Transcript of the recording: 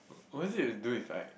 was it to do with like